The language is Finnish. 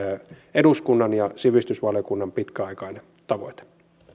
eduskunnan ja sivistysvaliokunnan pitkäaikainen tavoite